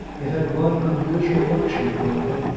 it had one unusual luxury, however,